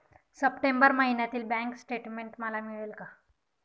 September महिन्यातील bank statement मला मिळेल का?